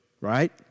right